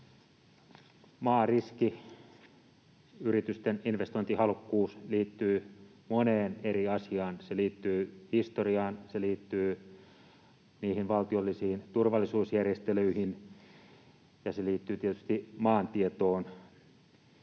Maariski, yritysten investointihalukkuus liittyy moneen eri asiaan. Se liittyy historiaan, se liittyy niihin valtiollisiin turvallisuusjärjestelyihin ja se liittyy tietysti maantietoon.